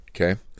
Okay